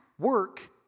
work